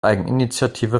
eigeninitiative